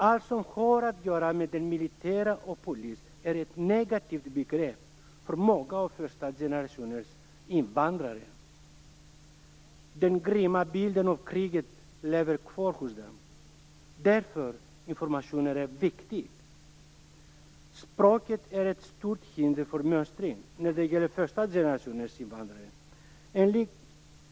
Allt som har att göra med militär och polis är ett negativt begrepp för många av första generationens invandrare. Den grymma bilden av kriget lever kvar hos dem. Därför är det viktigt med information. Språket är ett stort hinder vid mönstringen för första generationens invandrare.